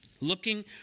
Looking